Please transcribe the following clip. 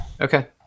Okay